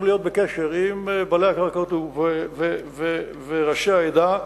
להיות בקשר עם בעלי הקרקעות וראשי העדה,